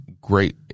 great